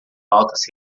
altas